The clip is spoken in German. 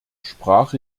sprach